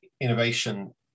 innovation